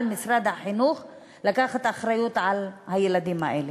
משרד החינוך לקחת אחריות לילדים האלה.